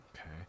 okay